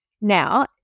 Now